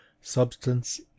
substance